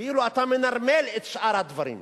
כאילו אתה מנרמל את שאר הדברים.